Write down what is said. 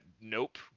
nope